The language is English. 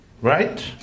Right